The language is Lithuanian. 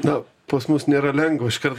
na pas mus nėra lengva iškart galiu